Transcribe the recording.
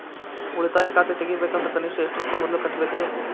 ಉಳಿತಾಯ ಖಾತೆ ತೆಗಿಬೇಕಂದ್ರ ಕನಿಷ್ಟ ಎಷ್ಟು ರೊಕ್ಕ ಮೊದಲ ಕಟ್ಟಬೇಕ್ರಿ?